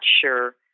sure